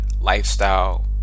lifestyle